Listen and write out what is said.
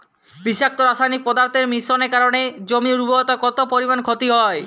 বিষাক্ত রাসায়নিক পদার্থের মিশ্রণের কারণে জমির উর্বরতা কত পরিমাণ ক্ষতি হয়?